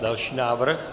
Další návrh.